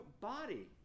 body